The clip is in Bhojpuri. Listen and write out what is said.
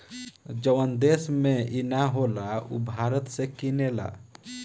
जवन देश में ई ना होला उ भारत से किनेला